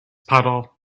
puddle